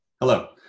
Hello